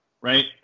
right